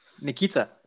nikita